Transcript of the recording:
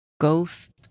ghost